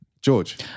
George